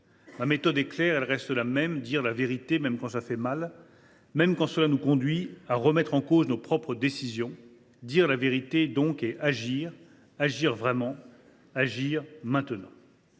Ma méthode est claire et reste la même : dire la vérité même quand cela fait mal et même quand cela nous conduit à remettre en cause nos propres décisions. Dire la vérité, donc, et agir. Agir vraiment et agir maintenant.